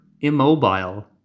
immobile